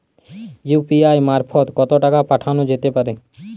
UPI মারফত কত টাকা পাঠানো যেতে পারে?